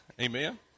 Amen